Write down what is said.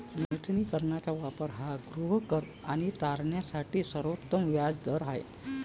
नूतनीकरणाचा वापर हा गृहकर्ज आणि तारणासाठी सर्वोत्तम व्याज दर आहे